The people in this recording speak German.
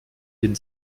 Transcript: den